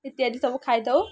ଇତ୍ୟାଦି ସବୁ ଖାଇଦଉ